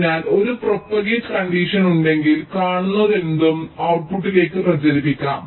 അതിനാൽ ഒരു propagate condition ഉണ്ടെങ്കിൽ കാണുന്നതെന്തും ഔട്ട്പുട്ട്ടിലേക്ക് പ്രചരിപ്പിക്കും